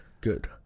good